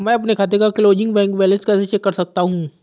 मैं अपने खाते का क्लोजिंग बैंक बैलेंस कैसे चेक कर सकता हूँ?